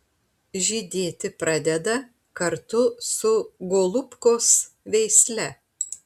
žydėti pradeda kartu su golubkos veisle